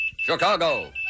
Chicago